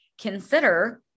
consider